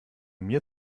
mir